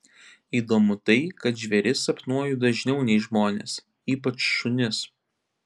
įdomu tai kad žvėris sapnuoju dažniau nei žmones ypač šunis